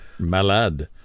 Malad